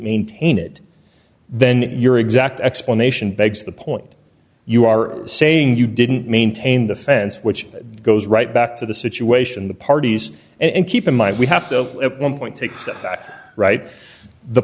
maintain it then your exact explanation begs the point you are saying you didn't maintain the fence which goes right back to the situation the parties and keep in mind we have to at one point take right the